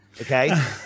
Okay